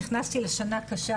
נכנסתי לשנה קשה,